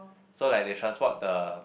so like they transport the